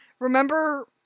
remember